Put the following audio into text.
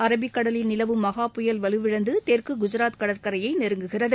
அரபிக்கடலில் நிலவும் மஹா புயல் வலுவிழந்து தெற்கு குஜராத் கடற்கரைய நெருங்குகிறது